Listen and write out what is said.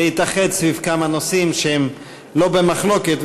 להתאחד סביב כמה נושאים שהם לא במחלוקת,